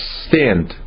stand